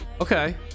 okay